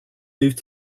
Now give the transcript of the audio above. moved